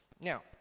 now